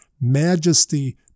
majesty